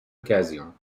occasion